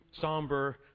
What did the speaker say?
somber